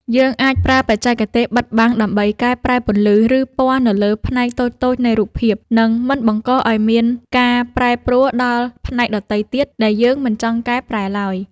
យើងអាចប្រើបច្ចេកទេសបិទបាំងដើម្បីកែប្រែពន្លឺ ឬពណ៌នៅលើផ្នែកតូចៗនៃរូបភាព និង មិនបង្កឱ្យមានការប្រែប្រួលដល់ផ្នែកដទៃទៀតដែលយើងមិនចង់កែសម្រួលឡើយ។